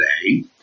today